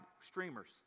streamers